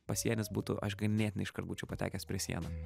pasienis būtų aš ganėtinai iškart būčiau patekęs prie sienos